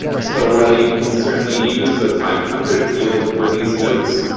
so, while you can certainly use the five hundred field for these notes,